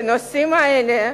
בנושאים האלה,